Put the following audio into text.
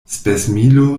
spesmilo